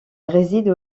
réside